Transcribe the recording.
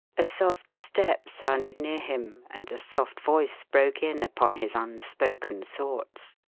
a soft step sounded near him and a soft voice broke in upon his unspoken thoughts.